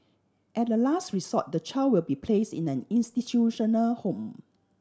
at a last resort the child will be place in an institutional home